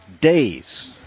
days